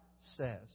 says